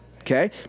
Okay